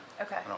Okay